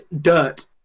dirt